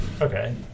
Okay